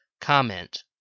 Comment